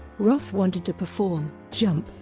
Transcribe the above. roth wanted to perform jump,